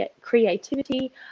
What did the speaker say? creativity